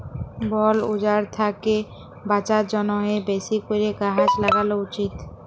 বল উজাড় থ্যাকে বাঁচার জ্যনহে বেশি ক্যরে গাহাচ ল্যাগালো উচিত